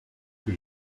que